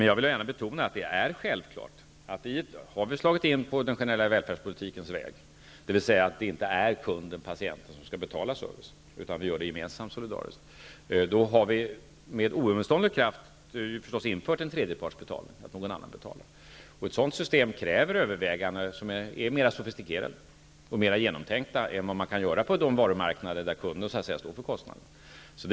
Jag vill gärna betona att det är självklart, om vi har slagit in på den generella välfärdspolitikens väg, dvs. att det inte är kunden, patienten, som skall betala servicen, utan vi gör det gemensamt, solidariskt, att vi med oemotståndlig kraft har infört en tredje parts betalning, dvs. att någon annan betalar. Ett sådant system kräver överväganden som är mera sofistikerade och mera genomtänkta än som är möjligt på de varumarknader där kunden står för kostnaden.